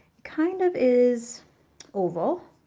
kind of is oval.